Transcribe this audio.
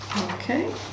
Okay